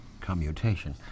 commutation